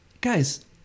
guys